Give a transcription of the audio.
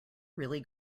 really